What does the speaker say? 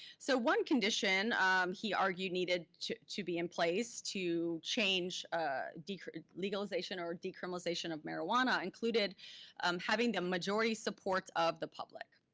so one condition he argued needed to to be in place to change ah legalization legalization or decriminalization of marijuana included having the majority support of the public.